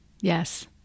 Yes